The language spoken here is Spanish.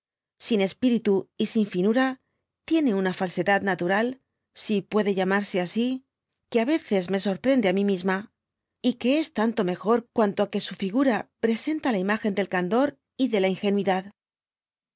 sin espíritu y sin finura tiene una falsedad natural si puede llamarse así que á veces me sorprende á mi misma y y que es tanto mejor cuanto á que su figura presenta la imagen del candor y de la ingenuidad